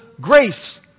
grace